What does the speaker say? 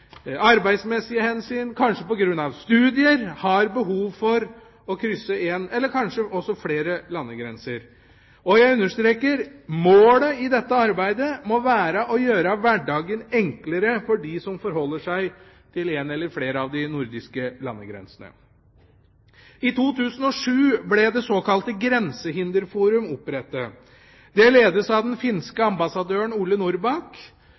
arbeidsmessige hensyn og kanskje på grunn av studier har behov for å krysse en eller kanskje også flere landegrenser. Og jeg understreker: Målet for dette arbeidet må være å gjøre hverdagen enklere for dem som forholder seg til en eller flere av de nordiske landegrensene. I 2007 ble det såkalte Grensehinderforum opprettet. Det ledes av den